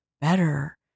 better